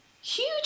Huge